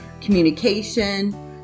communication